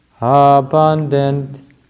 abundant